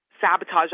sabotage